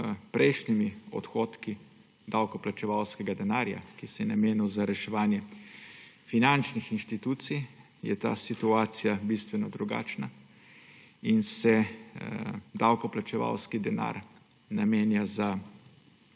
prejšnjimi odhodki davkoplačevalskega denarja, ki se je namenil za reševanje finančnih inštitucij, je ta situacija bistveno drugačna in se davkoplačevalski denar namenja za